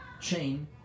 chain